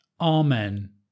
Amen